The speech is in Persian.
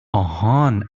آهان